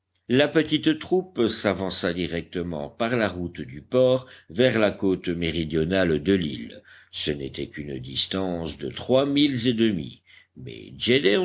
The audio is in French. la petite troupe s'avança directement par la route du port vers la côte méridionale de l'île ce n'était qu'une distance de trois milles et demi mais